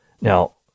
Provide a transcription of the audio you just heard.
Now